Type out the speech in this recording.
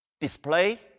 display